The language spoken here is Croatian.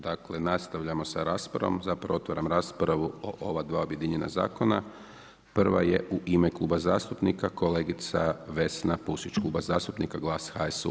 Dakle, nastavljamo s raspravom, zapravo otvaram raspravu o ova dva objedinjena zakona, prva je u ime kluba zastupnika kolegica Vesna Pusić, Kluba zastupnika GLAS, HSU.